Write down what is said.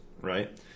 right